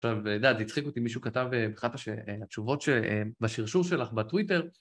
עכשיו, ידעתי, הצחיק אותי, מישהו כתב אה.. אחת התשובות ש.. אה.. בשרשור שלך בטוויטר.